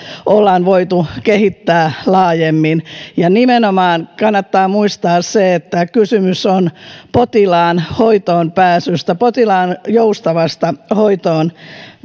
ollaan voitu kehittää laajemmin nimenomaan kannattaa muistaa se että kysymys on potilaan hoitoon pääsystä potilaan joustavasta hoitoon